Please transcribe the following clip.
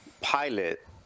pilot